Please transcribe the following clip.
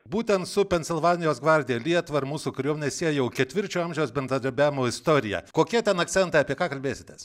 būtent su pensilvanijos gvardija lietuvą ir mūsų kariuomenę sieja jau ketvirčio amžiaus bendradarbiavimo istorija kokie ten akcentai apie ką kalbėsitės